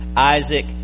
Isaac